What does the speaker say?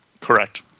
Correct